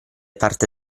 parte